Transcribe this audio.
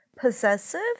possessive